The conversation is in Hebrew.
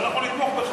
ואנחנו נתמוך בך.